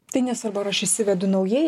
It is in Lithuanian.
tai nesvarbu ar aš išsivedu naujai